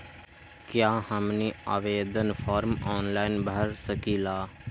क्या हमनी आवेदन फॉर्म ऑनलाइन भर सकेला?